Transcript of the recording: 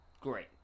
Great